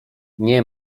nie